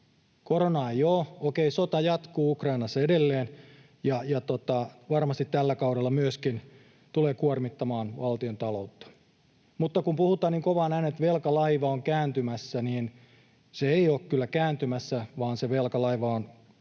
Koronaa ei ole. Okei, sota jatkuu Ukrainassa edelleen ja varmasti myöskin tällä kaudella tulee kuormittamaan valtiontaloutta. Mutta kun puhutaan niin kovaan ääneen, että velkalaiva on kääntymässä, niin ei se kyllä ole kääntymässä vaan se velkalaiva on edelleenkin